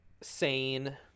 Sane